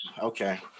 okay